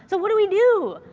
so what do we do?